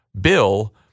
bill